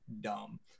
dumb